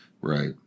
Right